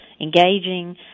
engaging